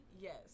yes